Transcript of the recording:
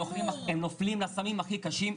הם נופלים לסמים הכי קשים,